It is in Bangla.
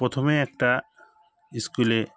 প্রথমে একটা স্কুলে